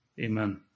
Amen